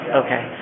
okay